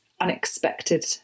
unexpected